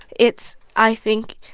it's i think,